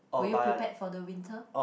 were you prepared for the winter